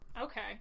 Okay